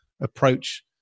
approach